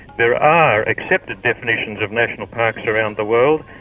there are accepted definitions of national parks around the world,